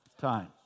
time